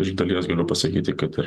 iš dalies galiu pasakyti kad aš